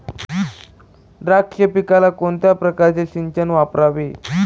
द्राक्ष पिकाला कोणत्या प्रकारचे सिंचन वापरावे?